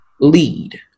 lead